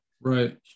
Right